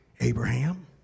Abraham